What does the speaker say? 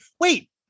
wait